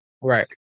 Right